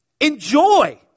Enjoy